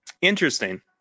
Interesting